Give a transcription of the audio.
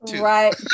right